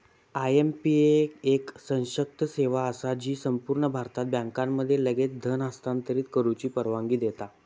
IMPS एक सशक्त सेवा असा जी संपूर्ण भारतात बँकांमध्ये लगेच धन हस्तांतरित करुची परवानगी देता